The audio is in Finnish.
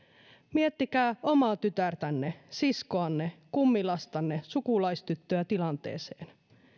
miettikää omaa tytärtänne siskoanne kummilastanne sukulaistyttöä tilanteeseen